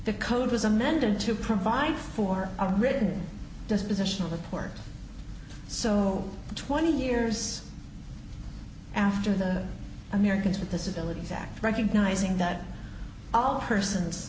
the code was amended to provide for a written dispositional report so twenty years after the americans with disabilities act recognizing that all persons